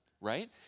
right